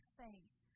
faith